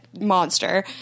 monster